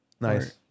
Nice